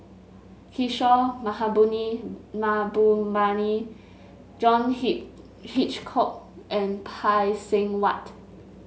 Kishore Mahbubani John Hitchcock and Phay Seng Whatt